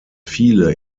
viele